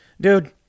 Dude